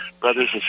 brothers